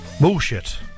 Bullshit